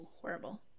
horrible